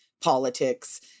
politics